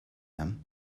them